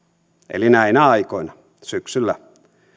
eli näinä aikoina syksyllä